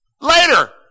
Later